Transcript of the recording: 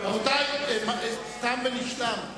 רבותי, תם ונשלם.